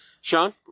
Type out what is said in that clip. Sean